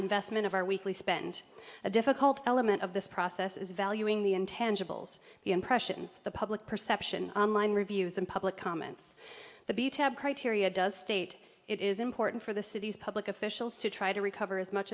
investment of our weekly spend a difficult element of this process is valuing the intangibles the impressions the public perception on line reviews and public comments the b tab criteria does state it is important for the city's public officials to try to recover as much